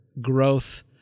growth